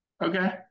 okay